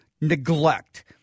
neglect